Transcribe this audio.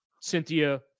Cynthia